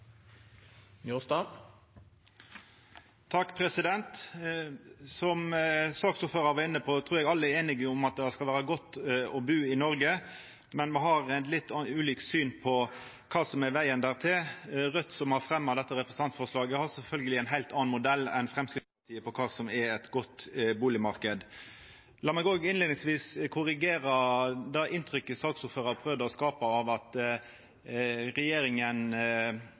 einige om at det skal vera godt å bu i Noreg, men me har litt ulikt syn på kva som er vegen dit. Raudt, som har fremja dette representantforslaget, har sjølvsagt ein heilt annan modell for kva som er ein god bustadmarknad enn det Framstegspartiet har. Lat meg òg i innleiinga korrigera det inntrykket saksordføraren prøvde å skapa av at regjeringa,